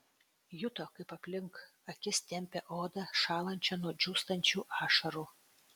juto kaip aplink akis tempia odą šąlančią nuo džiūstančių ašarų